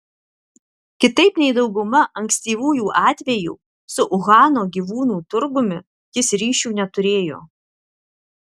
kitaip nei dauguma ankstyvųjų atvejų su uhano gyvūnų turgumi jis ryšių neturėjo